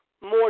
more